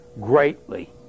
greatly